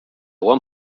one